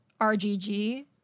RGG